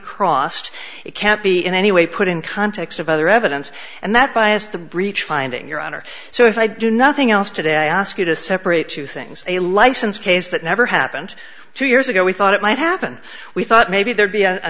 crossed it can't be in any way put in context of other evidence and that bias the breach finding your honor so if i do nothing else today i ask you to separate two things a license case that never happened two years ago we thought it might happen we thought maybe there'd be a